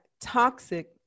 toxic